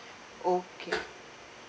okay